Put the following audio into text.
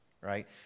right